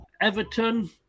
Everton